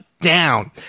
down